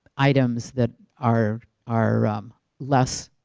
items that are are um less